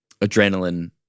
adrenaline